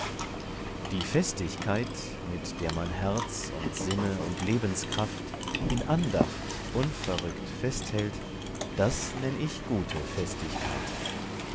die festigkeit mit welcher man herz und sinne und lebenskraft in andacht unverrückt festhält das nenn ich gute festigkeit